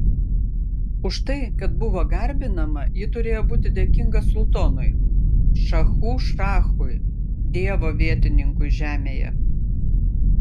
už tai kad buvo garbinama ji turėjo būti dėkinga sultonui šachų šachui dievo vietininkui žemėje